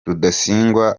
rudasingwa